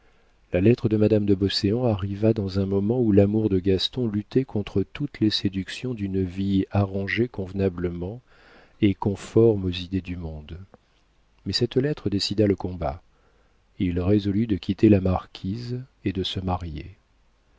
la lettre de madame de beauséant arriva dans un moment où l'amour de gaston luttait contre toutes les séductions d'une vie arrangée convenablement et conforme aux idées du monde mais cette lettre décida le combat il résolut de quitter la marquise et de se marier